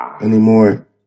anymore